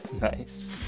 Nice